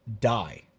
die